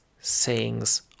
sayings